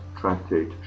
Tractate